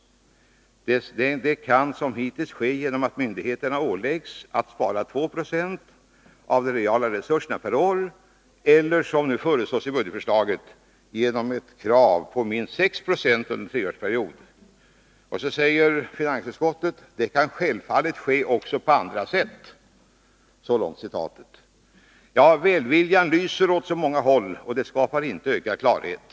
Det kan som hittills ske genom att myndigheterna åläggs att spara 2 6 av de reala resurserna per år eller som nu föreslås i budgetförslaget ett krav på minst 6 76 under en treårsperiod. Det kan självfallet ske också på helt andra sätt.” Välviljan lyser åt så många håll. Detta skapar inte ökad klarhet.